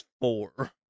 four